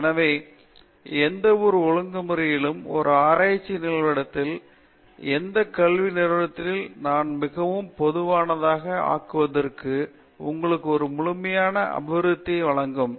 எனவே எந்தவொரு ஒழுங்குமுறையிலும் ஒரு ஆராய்ச்சி நிகழ்ச்சித்திட்டத்தில் எந்த கல்வி நிறுவனத்திலும் நான் மிகவும் பொதுவானதாக ஆக்குவது உங்களுக்கு ஒரு முழுமையான அபிவிருத்தியை வழங்கும்